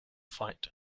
fight